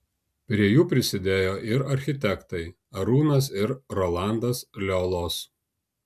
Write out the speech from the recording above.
prie jų prisidėjo ir architektai arūnas ir rolandas liolos